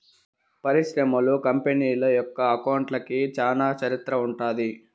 పరిశ్రమలు, కంపెనీల యొక్క అకౌంట్లకి చానా చరిత్ర ఉంటది